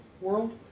world